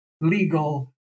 legal